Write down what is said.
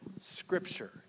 scripture